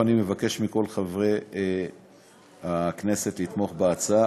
אני מבקש מכל חברי כנסת לתמוך בהצעה.